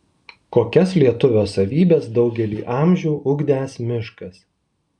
kokias lietuvio savybes daugelį amžių ugdęs miškas